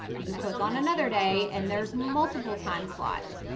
you could click on another day. and there's multiple time slots.